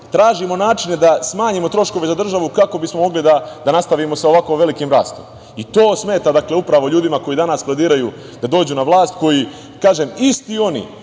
tražimo načine da smanjimo troškove za državu, kako bismo mogli da nastavimo sa ovako velikim rastom. Upravo to smeta ljudima koji danas planiraju da dođu na vlast. Kažem, isti oni